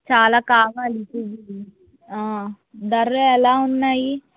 చాలా కావాలి పూలు ఆ ధరలు ఎలా ఉన్నాయి